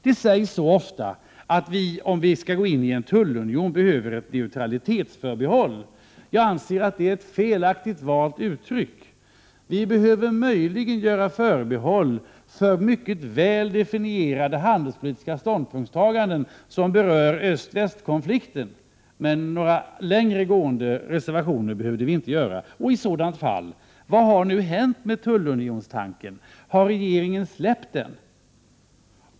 Det sägs så ofta att vi, om vi skall gå in i en tullunion, behöver ett neutralitetsförbehåll. Jag anser att det är ett felaktigt valt uttryck. Vi behöver möjligen göra förbehåll för mycket väl definierade handelspolitiska ståndpunktstaganden som berör öst-väst-konflikten, men några längre gående reservationer behöver vi inte göra. I sådant fall — vad har hänt med tullunionstanken? Har regeringen släppt den?